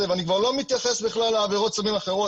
ואני כבר לא מתייחס בכלל לעברות סמים אחרות.